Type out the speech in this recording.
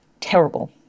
terrible